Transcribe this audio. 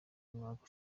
mwaka